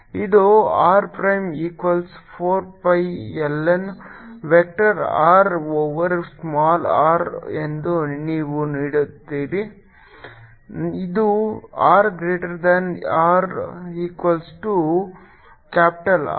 ಇದು r prime equals 4 pi l n vector R over small r ಎಂದು ನೀವು ನೋಡುತ್ತೀರಿ ಇದು r greater than R equals to capital R